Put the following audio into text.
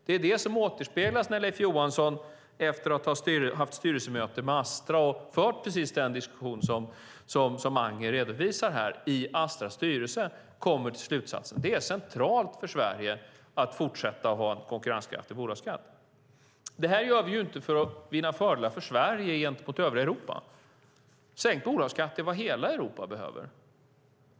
Det är det som återspeglas när Leif Johansson efter att ha haft styrelsemöte med Astra och fört precis den diskussion som Anger redovisar här kommer till slutsatsen att det är centralt för Sverige att fortsätta att ha en konkurrenskraftig bolagsskatt. Det här gör vi inte för att vinna fördelar för Sverige gentemot övriga Europa. Sänkt bolagsskatt är vad hela Europa behöver.